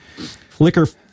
Flickr